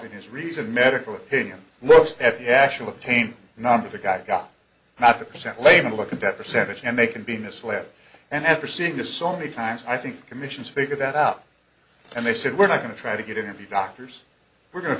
in his recent medical opinion looks at the actual obtain not the guy got not the present layman look at that percentage and they can be misled and after seeing this so many times i think commissions figure that out and they said we're not going to try to get in the doctors we're going to